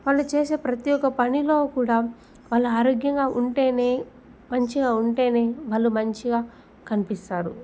వాళ్ళు చేసే ప్రతి ఒక్క పనిలో కూడా వాళ్ళు ఆరోగ్యంగా ఉంటేనే మంచిగా ఉంటేనే వాళ్ళు మంచిగా కన్పిస్తారు